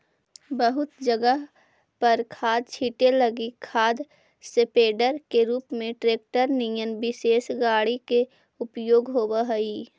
बहुत जगह पर खाद छीटे लगी खाद स्प्रेडर के रूप में ट्रेक्टर निअन विशेष गाड़ी के उपयोग होव हई